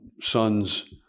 sons